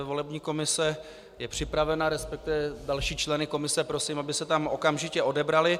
Volební komise je připravena, respektive další členy komise prosím, aby se tam okamžitě odebrali.